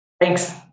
Thanks